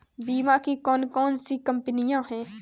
बीमा की कौन कौन सी कंपनियाँ हैं?